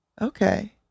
okay